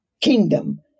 kingdom